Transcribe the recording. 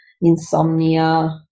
insomnia